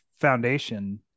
foundation